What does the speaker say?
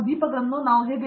ದೀಪಾ ವೆಂಕಟೇಶ್ ನೇರ ಡಿ